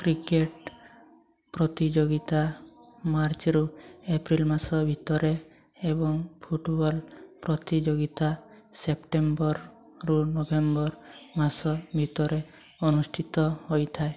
cricket ପ୍ରତିଯୋଗିତା ମାର୍ଚ୍ଚରୁ April ମାସ ଭିତରେ ଏବଂ ଫୁଟବଲ୍ ପ୍ରତିଯୋଗିତା ସେପ୍ଟେମ୍ବରରୁ ନଭେମ୍ବର ମାସ ଭିତରେ ଅନୁଷ୍ଠିତ ହୋଇଥାଏ